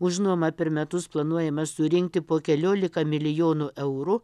už nuomą per metus planuojama surinkti po keliolika milijonų eurų